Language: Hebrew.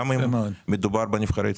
גם אם מדובר בנבחרי ציבור.